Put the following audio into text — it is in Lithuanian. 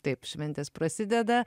taip šventės prasideda